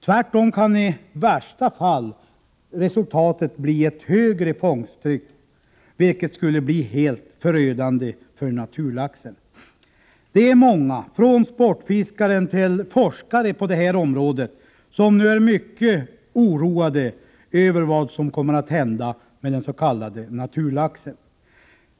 Tvärtom kan i värsta fall resultatet bli ett högre fångsttryck, vilket skulle bli helt förödande för naturlaxen. Det är många, från sportfiskare till forskare på det här området, som nu är mycket oroade över vad som kommer att hända med den s.k. naturlaxen.